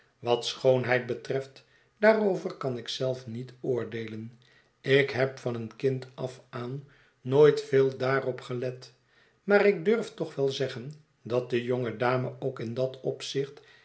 wat schoonheid betreft daarover kan ik zelf niet oordeelen ik heb van een kind af aan nooit veel daarop gelet maar ik durf toch wel zeggen dat de jonge dame ook in dat opzicht